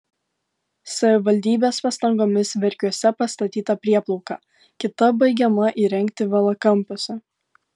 savivaldybės pastangomis verkiuose pastatyta prieplauka kita baigiama įrengti valakampiuose